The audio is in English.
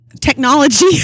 technology